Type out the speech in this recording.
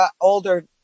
older